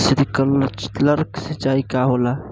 Sprinkler सिंचाई का होला?